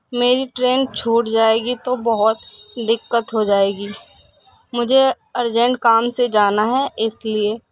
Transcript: میری ٹرین چھوٹ جائے گی تو بہت دقت ہو جائے گی مجھے ارجنٹ کام سے جانا ہے اس لیے